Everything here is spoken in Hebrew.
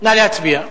נא להצביע.